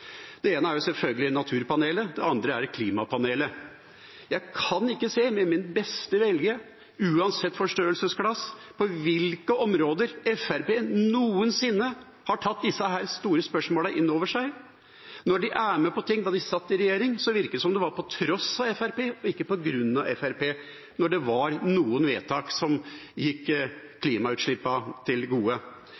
Det ene er selvfølgelig naturpanelet. Det andre er klimapanelet. Jeg kan ikke med min beste vilje, uansett forstørrelsesglass, se på hvilke områder Fremskrittspartiet noensinne har tatt disse store spørsmålene inn over seg. Når de var med på ting da de satt i regjering, virket det som om det var på tross av Fremskrittspartiet og ikke på grunn av Fremskrittspartiet når det var noen vedtak som